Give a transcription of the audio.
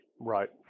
right